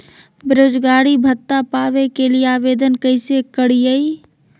बेरोजगारी भत्ता पावे के लिए आवेदन कैसे करियय?